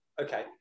okay